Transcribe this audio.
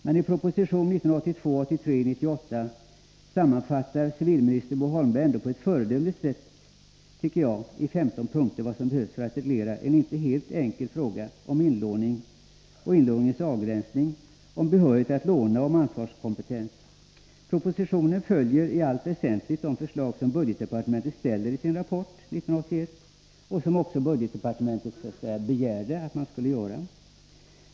Men i propositionen 1982/83:98 sammanfattar ändå civilminister Bo Holmberg på ett föredömligt sätt i femton punkter vad som behövs för att reglera en inte helt enkel fråga om inlåning och inlåningens avgränsning, om behörighet att låna samt om ansvarskompetens. Propositionen följer i allt väsentligt de förslag som budgetdepartementet ställer i sin rapport 1981, vilket budgetdepartementet också begärde att man skulle göra.